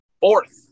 Fourth